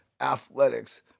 athletics